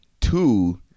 Two